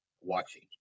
watching